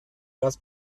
das